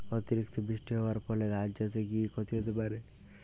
অতিরিক্ত বৃষ্টি হওয়ার ফলে ধান চাষে কি ক্ষতি হতে পারে?